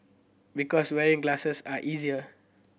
because wearing glasses are easier